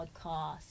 podcast